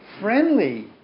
friendly